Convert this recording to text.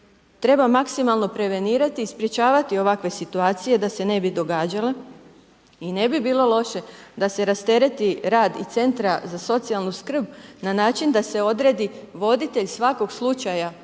treba maksimalno prevenirati, sprječavati ovakve situacije da se ne bi događale i ne bi bilo loše d se rastereti i rad CZSS-a na način da se odredi svakog slučaja pojedinačno